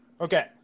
Okay